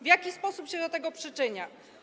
W jaki sposób się do tego przyczynia?